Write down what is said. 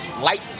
light